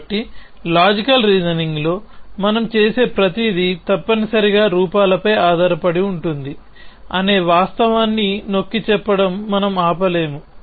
కాబట్టి లాజికల్ రీజనింగ్లో మనం చేసే ప్రతిదీ తప్పనిసరిగా రూపాలపై ఆధారపడి ఉంటుంది అనే వాస్తవాన్ని నొక్కి చెప్పడం మనం ఆపలేము